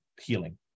healing